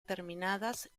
terminadas